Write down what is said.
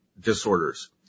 disorders